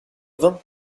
vin